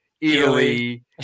Italy